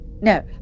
no